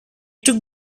took